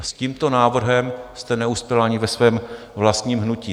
A s tímto návrhem jste neuspěla ani ve svém vlastním hnutí.